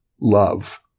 love